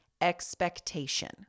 expectation